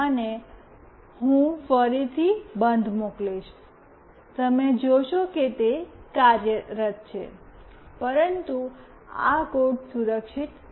અને હું ફરીથી બંધ મોકલીશ તમે જોશો કે તે કાર્યરત છે પરંતુ આ કોડ સુરક્ષિત નથી